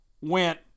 went